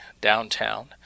downtown